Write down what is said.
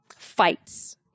fights